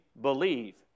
believe